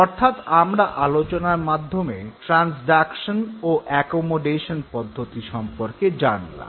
অর্থাৎ আমরা আলোচনার মাধ্যমে ট্রান্সডাকশন ও অ্যাকোমোডেশন পদ্ধতি সম্পর্কে জানলাম